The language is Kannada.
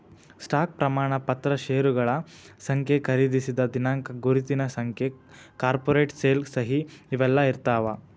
ಸ್ಟಾಕ್ ಪ್ರಮಾಣ ಪತ್ರ ಷೇರಗಳ ಸಂಖ್ಯೆ ಖರೇದಿಸಿದ ದಿನಾಂಕ ಗುರುತಿನ ಸಂಖ್ಯೆ ಕಾರ್ಪೊರೇಟ್ ಸೇಲ್ ಸಹಿ ಇವೆಲ್ಲಾ ಇರ್ತಾವ